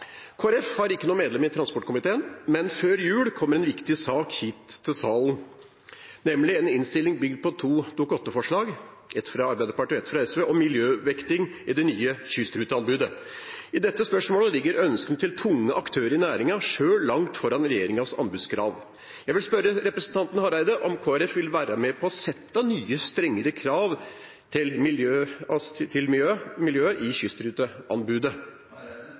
Folkeparti har ikke noe medlem i transportkomiteen, men før jul kommer en viktig sak hit til salen, nemlig en innstilling bygd på to Dokument 8-forslag, ett fra Arbeiderpartiet og ett fra SV, om miljøvekting i det nye kystruteanbudet. I dette spørsmålet ligger ønskene til tunge aktører i næringen selv langt foran regjeringens anbudskrav. Jeg vil spørre representanten Hareide om Kristelig Folkeparti vil være med på å sette nye, strengere miljøkrav til kystruteanbudet. Eg skal vere så ærleg å seie at da eg som miljøvernminister gav ein pris til